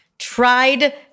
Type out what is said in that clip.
tried